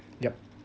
yup